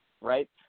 right